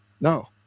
no